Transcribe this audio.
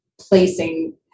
placing